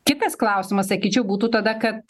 kitas klausimas sakyčiau būtų tada kad